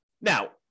Now